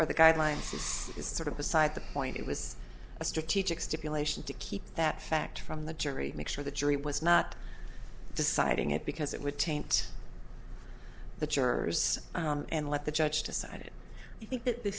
or the guidelines this is sort of beside the point it was a strategic stipulation to keep that fact from the jury make sure the jury was not deciding it because it would taint the jurors and let the judge decide it i think that the